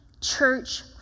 church